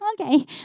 okay